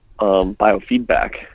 biofeedback